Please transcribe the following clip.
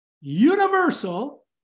universal